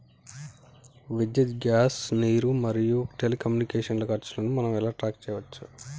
విద్యుత్ గ్యాస్ నీరు మరియు టెలికమ్యూనికేషన్ల ఖర్చులను మనం ఎలా ట్రాక్ చేయచ్చు?